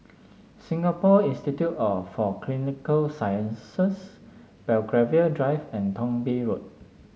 Singapore Institute for Clinical Sciences Belgravia Drive and Thong Bee Road